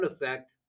effect